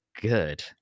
good